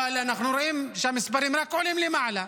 אבל אנחנו רואים שהמספרים רק עולים למעלה.